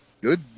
good